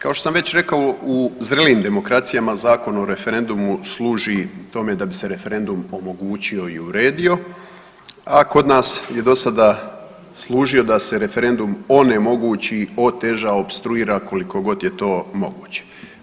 Kao što sam već rekao, u zrelijim demokracijama Zakon o referendumu služi tome da bi se referendum omogućio i uredio, a kod nas je do sada služio da se referendum onemogući, oteža, opstruira koliko god je to moguće.